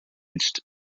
aged